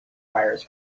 wires